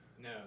No